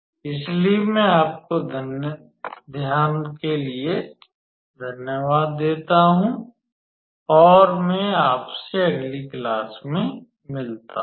इसलिए मैं आपको ध्यान के लिए धन्यवाद देता हूं और मैं आपसे अगली क्लास में मिलता हूँ